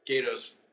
Gato's